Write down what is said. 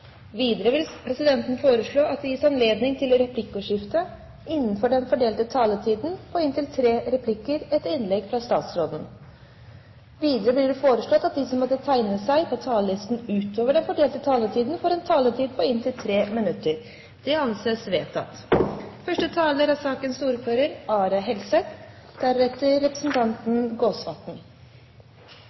Videre vil presidenten foreslå at det gis anledning til replikkordskifte på inntil tre replikker med svar etter innlegget fra statsråden innenfor den fordelte taletid. Videre blir det foreslått at de som måtte tegne seg på talerlisten utover den fordelte taletid, får en taletid på inntil 3 minutter. – Det anses vedtatt. Det er